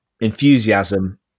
enthusiasm